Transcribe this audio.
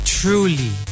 truly